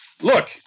look